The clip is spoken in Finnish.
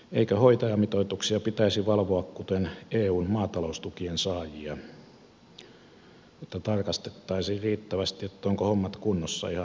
eikö hoitajamitoituksia pitäisi valvoa kuten eun maataloustukien saajia että tarkastettaisiin riittävästi ovatko hommat kunnossa ihan maanlaajuisilla tarkastajilla